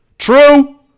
True